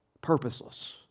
purposeless